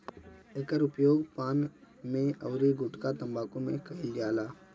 एकर उपयोग पान में अउरी गुठका तम्बाकू में कईल जाला